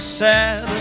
sad